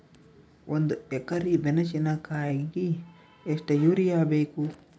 ಒಂದ್ ಎಕರಿ ಮೆಣಸಿಕಾಯಿಗಿ ಎಷ್ಟ ಯೂರಿಯಬೇಕು?